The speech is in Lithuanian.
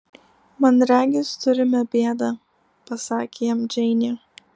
man regis turime bėdą pasakė jam džeinė